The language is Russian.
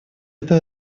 это